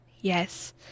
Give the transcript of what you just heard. Yes